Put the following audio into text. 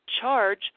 charge